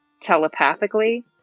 telepathically